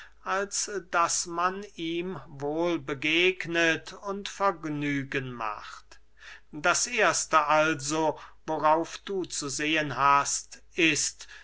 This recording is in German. als daß man ihm wohl begegnet und vergnügen macht das erste also worauf du zu sehen hast ist